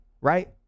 right